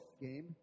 game